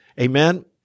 Amen